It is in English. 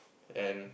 and